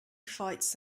fights